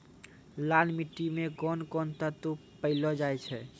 लाल मिट्टी मे कोंन कोंन तत्व पैलो जाय छै?